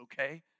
okay